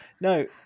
No